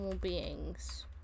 beings